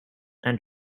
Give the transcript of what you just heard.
and